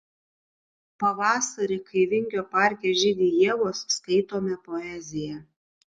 pavasarį kai vingio parke žydi ievos skaitome poeziją